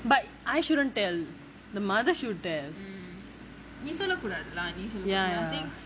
but I shouldn't tell the mother should tell ya